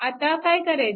आता काय करायचे